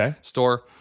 store